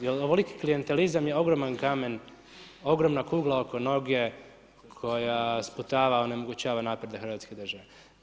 Jer ovoliki klijentelizam je ogroman kamen, ogromna kugla oko noge koja sputava, onemogućava napredak Hrvatske države.